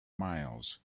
miles